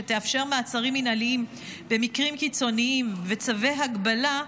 שתאפשר מעצרים מינהליים במקרים קיצוניים וצווי הגבלה,